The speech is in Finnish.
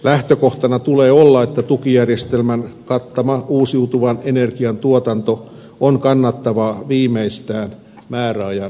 lähtökohtana tulee olla että tukijärjestelmän kattama uusiutuvan energian tuotanto on kannattavaa viimeistään määräajan päätyttyä